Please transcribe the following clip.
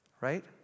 Right